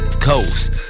Coast